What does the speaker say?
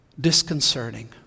disconcerting